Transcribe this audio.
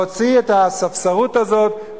להוציא את הספסרות הזאת,